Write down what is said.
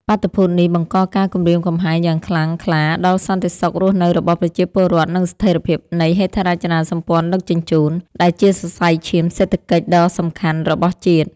បាតុភូតនេះបង្កការគំរាមកំហែងយ៉ាងខ្លាំងក្លាដល់សន្តិសុខរស់នៅរបស់ប្រជាពលរដ្ឋ និងស្ថិរភាពនៃហេដ្ឋារចនាសម្ព័ន្ធដឹកជញ្ជូន ដែលជាសរសៃឈាមសេដ្ឋកិច្ចដ៏សំខាន់របស់ជាតិ។